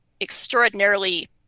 extraordinarily